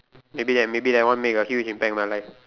maybe that maybe that one make a huge impact in my life